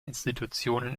institutionen